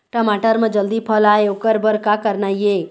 टमाटर म जल्दी फल आय ओकर बर का करना ये?